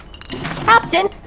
Captain